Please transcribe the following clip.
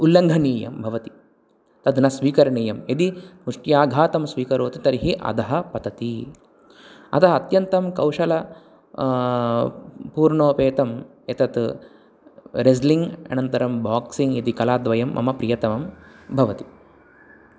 उल्लङ्घनीयं भवति तद् न स्वीकरणीयं यदि मुष्ट्याघातं स्वीकरोति तर्हि अधः पतति अतः अत्यन्तं कौशल पूर्णोपेतं एतत् रेस्लिङ् अनन्तरं बोक्सिङ् इति कलाद्वयं मम प्रियतमं भवति